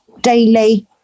daily